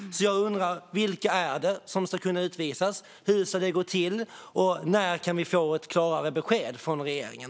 Jag undrar: Vilka är det som ska kunna utvisas? Hur ska det gå till? När kan vi få ett klarare besked från regeringen?